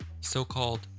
So-called